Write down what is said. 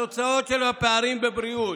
בתוצאות של הפערים בבריאות,